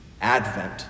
Advent